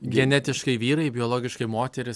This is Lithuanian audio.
genetiškai vyrai biologiškai moterys